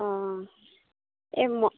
অঁ এই মই